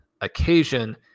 occasion